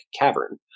cavern